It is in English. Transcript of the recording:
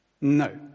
No